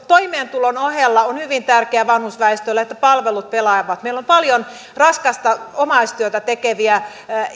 toimeentulon ohella on hyvin tärkeää vanhusväestölle että palvelut pelaavat meillä on paljon raskasta omaistyötä tekeviä